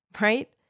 right